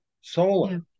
Solar